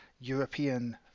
European